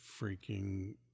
freaking